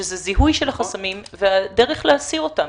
שזה זיהוי של החסמים והדרך להסיר אותם,